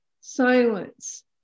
silence